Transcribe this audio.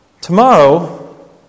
Tomorrow